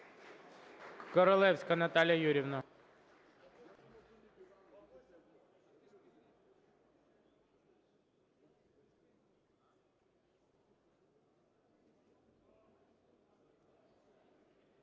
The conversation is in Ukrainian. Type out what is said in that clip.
Королевська Наталія Юріївна.